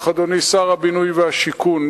אדוני שר הבינוי ושיכון,